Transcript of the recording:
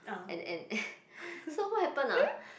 and and and so what happen ah